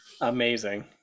Amazing